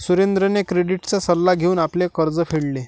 सुरेंद्रने क्रेडिटचा सल्ला घेऊन आपले कर्ज फेडले